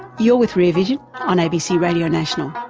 you're with rear vision on abc radio national.